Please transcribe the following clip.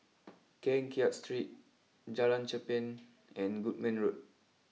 Keng Kiat Street Jalan Cherpen and Goodman Road